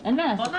נכון.